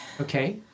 Okay